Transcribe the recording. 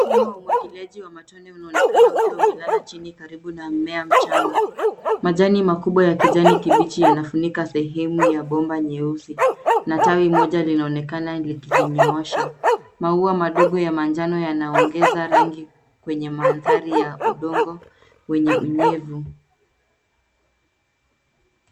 Mfumo wa umwagiliaji wa matone unaonekana ukiwa umelala chini karibu na mmea mchanga. Majani makubwa ya kijani kibichi yanafunika sehemu ya bomba nyeusi na tawi moja linaonekana likijinyoosha. Maua madogo ya manjano yanaongeza rangi kwenye mandhari ya udongo wenye unyevu.